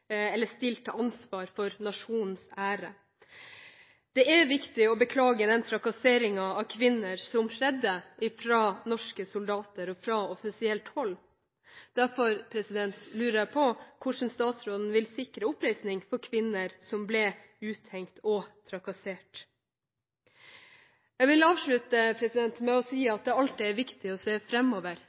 stilt til ansvar for nasjonens ære. Det er viktig å beklage den trakasseringen av kvinner som skjedde, utført av norske soldater og fra offisielt hold, og derfor lurer jeg på: Hvordan vil statsråden sikre oppreisning for kvinner som ble uthengt og trakassert? Jeg vil avslutte med å si at det alltid er viktig å se